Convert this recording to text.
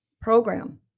program